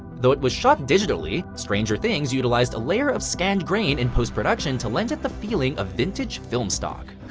though it was shot digitally, stranger things utilized a layer of scanned grain in post-production to lent at the feeling of vintage filmstock.